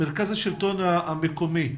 נציגת המוסד לביטוח לאומי,